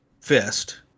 fist